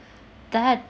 that